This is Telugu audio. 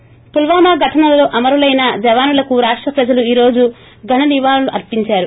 ి పుల్యామా ఘటనలో అమరులైన జవానులకు రాష్ట ప్రజలు ఈ రోజు ఘన నివాళులు అర్సించారు